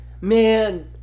Man